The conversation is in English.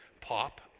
pop